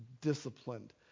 disciplined